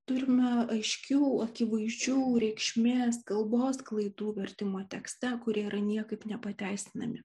turime aiškių akivaizdžių reikšmės kalbos klaidų vertimo tekste kurie yra niekaip nepateisinami